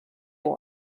that